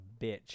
bitch